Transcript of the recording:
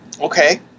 okay